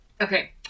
Okay